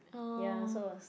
ya so was